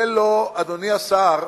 אדוני השר,